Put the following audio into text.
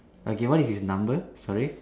okay what is his number sorry